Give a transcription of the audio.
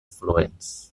afluents